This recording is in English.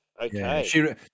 okay